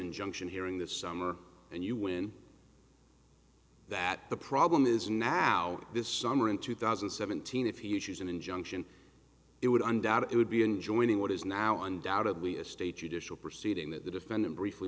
injunction hearing this summer and you win that the problem is now this summer in two thousand and seventeen if he issues an injunction it would undoubtedly would be in joining what is now undoubtedly a state judicial proceeding that the defendant briefly